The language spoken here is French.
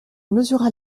mesura